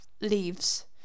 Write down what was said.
leaves